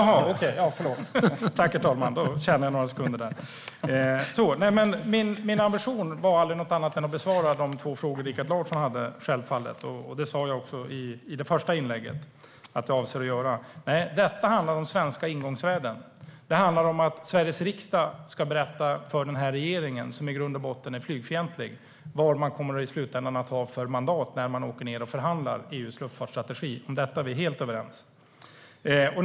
Herr talman! Min ambition var självfallet aldrig annat än att besvara de två frågor som Rikard Larsson hade. Det sa jag också i mitt första inlägg att jag avsåg att göra. Det handlar om svenska ingångsvärden. Det handlar om att Sveriges riksdag ska berätta för regeringen, som i grund och botten är flygfientlig, vad man i slutändan kommer att ha för mandat när man åker ned och förhandlar om EU:s luftfartsstrategi. Det är vi helt överens om.